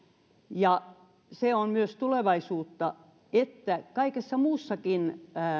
ja se on myös tulevaisuutta että kaikessa muussakin